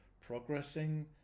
progressing